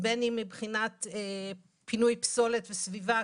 בין אם מבחינת פינוי פסולת וסביבה,